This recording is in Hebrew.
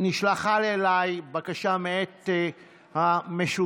נשלחה אליי בקשה מאת המשותפת: